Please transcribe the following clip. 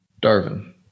Darwin